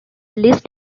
list